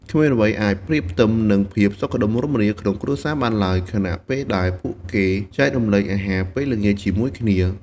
គ្មានអ្វីអាចប្រៀបផ្ទឹមនឹងភាពសុខដុមរមនាក្នុងគ្រួសារបានឡើយ ខណៈពេលដែលពួកគេចែករំលែកអាហារពេលល្ងាចជាមួយគ្នា។